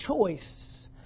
choice